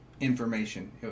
information